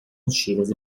antigas